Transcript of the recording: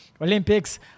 Olympics